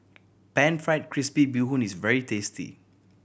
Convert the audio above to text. Pan Fried Crispy Bee Hoon is very tasty